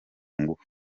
ngufu